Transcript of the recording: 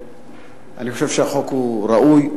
אני חושב שהחוק הוא ראוי,